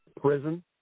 prison